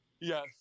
Yes